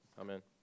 Amen